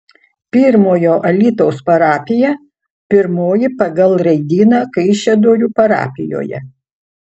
pirmojo alytaus parapija pirmoji pagal raidyną kaišiadorių parapijoje